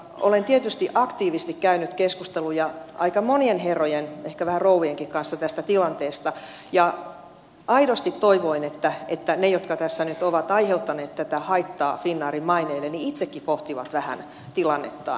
olen tietysti aktiivisesti käynyt keskusteluja aika monien herrojen ehkä vähän rouvienkin kanssa tästä tilanteesta ja aidosti toivoin että ne jotka tässä nyt ovat aiheuttaneet tätä haittaa finnairin maineelle itsekin pohtivat vähän tilannettaan